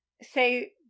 say